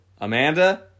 Amanda